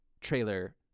trailer